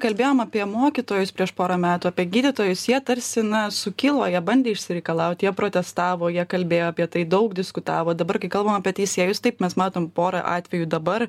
kalbėjom apie mokytojus prieš porą metų apie gydytojus jie tarsi na sukilo jie bandė išsireikalaut jie protestavo jie kalbėjo apie tai daug diskutavo dabar kai kalbam apie teisėjus taip mes matome porą atvejų dabar